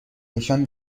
نشان